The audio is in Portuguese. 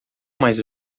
mais